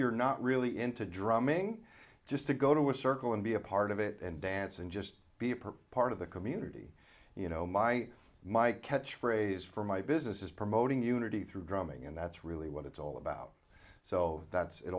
you're not really into drumming just to go to a circle and be a part of it and dance and just be a pro part of the community you know my my catchphrase for my business is promoting unity through drumming and that's really what it's all about so that it